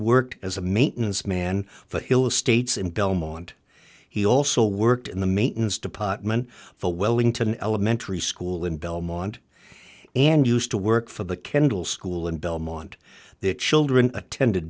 worked as a maintenance man for hill estates in belmont he also worked in the maintenance department for wellington elementary school in belmont and used to work for the kendall school in belmont their children attend